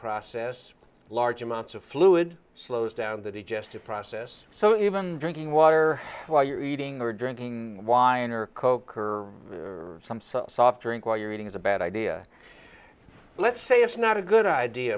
process large amounts of fluid slows down that he just to process so even drinking water while you're eating or drinking wine or coke or some such soft drink while you're eating is a bad idea let's say it's not a good idea